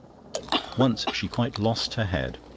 once she quite lost her head.